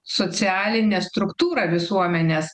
socialinė struktūra visuomenės